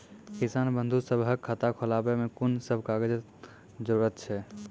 किसान बंधु सभहक खाता खोलाबै मे कून सभ कागजक जरूरत छै?